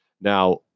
Now